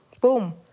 boom